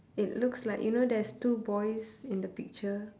it looks like you know there's two boys in the picture